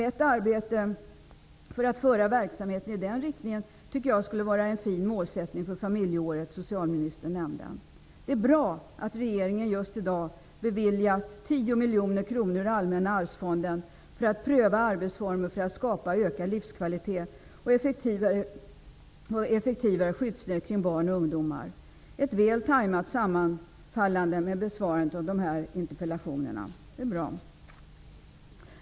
Ett arbete för att föra verksamheten i den riktningen tycker jag skulle vara en fin målsättning för det familjeår som socialministern nämnde. Det är bra att regeringen just i dag beviljat 10 miljoner kronor ur Allmänna arvsfonden för att pröva arbetsformer för att skapa ökad livskvalitet och effektivare skyddsnät kring barn och ungdomar. Det är ett väl tajmat sammanfallande med besvarandet av de här interpellationerna.